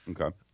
Okay